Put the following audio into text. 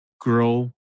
grow